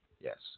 Yes